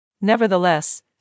Nevertheless